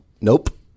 Nope